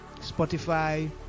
Spotify